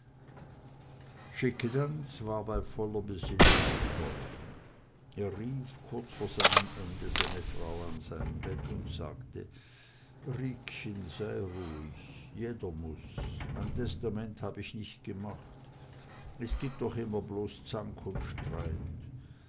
schickedanz war bei voller besinnung gestorben er rief kurz vor seinem ende seine frau an sein bett und sagte riekchen sei ruhig jeder muß ein testament hab ich nicht gemacht es gibt doch bloß immer zank und streit